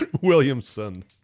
Williamson